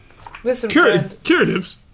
Curatives